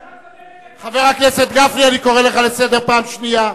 חבר הכנסת גפני, אני קורא אותך לסדר פעם ראשונה.